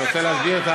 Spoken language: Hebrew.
אני רוצה להסביר.